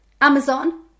Amazon